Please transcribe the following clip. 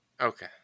Okay